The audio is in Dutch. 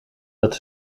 dat